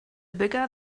bigger